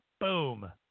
boom